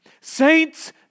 Saints